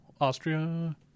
Austria